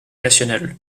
nationale